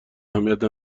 اهمیت